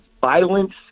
violence